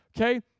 okay